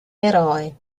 eroe